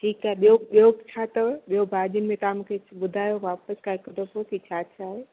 ठीकु आहे ॿियो ॿियो छा अथव ॿियो भाॼियुनि में तव्हां मूंखे ॿुधायो वापसि खां हिक दफ़ो कि छा छा आहे